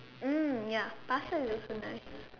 mm ya pasta is also nice